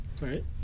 Right